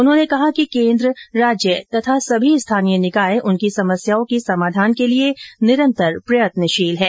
उन्होंने कहा कि केन्द्र राज्य तथा सभी स्थानीय निकाय उनकी समस्याओं के समाधान के लिए निरंतर प्रयत्नशील हैं